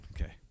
Okay